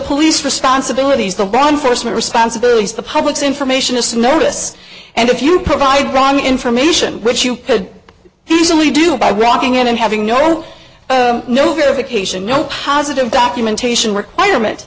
police responsibilities the ban for some responsibilities the public's information just notice and if you provide wrong information which you could easily do by walking in and having known no verification no positive documentation requirement